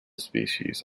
species